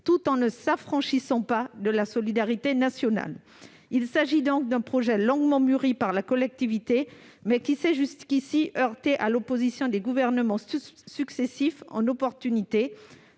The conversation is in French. tout en ne s'affranchissant pas de la solidarité nationale. Il s'agit donc d'un projet longuement mûri par la collectivité, mais il s'est jusqu'ici heurté à l'opposition en opportunité des gouvernements successifs, faisant